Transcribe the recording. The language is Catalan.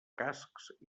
cascs